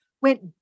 went